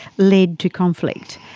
led to conflict.